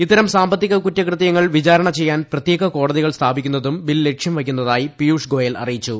ഇത്തരം സാമ്പത്തിക കുറ്റകൃത്യങ്ങൾ വിചാരണ ചെയ്യാൻ പ്രത്യേക കോടതികൾ സ്ഥാപിക്കുന്നതും ബിൽ ലക്ഷ്യം വയ്ക്കുന്നതായി പീയുഷ് ഗോയൽ അറിയിച്ചു